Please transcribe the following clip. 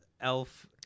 elf